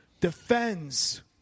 defends